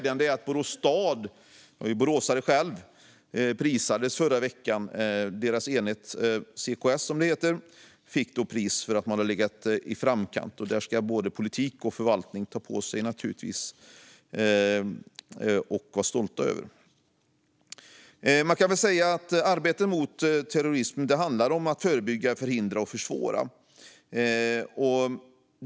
Jag är boråsare själv, och det är glädjande att Borås stads enhet CKS i förra veckan fick pris för att man har legat i framkant. Det ska både politik och förvaltning vara stolta över. Man kan säga att arbetet mot terrorism handlar om att förebygga, förhindra och försvåra.